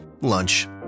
lunch